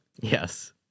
Yes